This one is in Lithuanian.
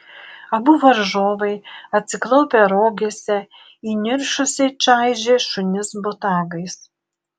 abu varžovai atsiklaupę rogėse įniršusiai čaižė šunis botagais